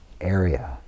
area